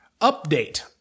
Update